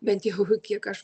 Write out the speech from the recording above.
bent jau kiek aš